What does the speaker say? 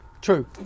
True